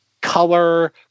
color